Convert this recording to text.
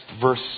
verse